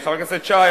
חבר הכנסת שי,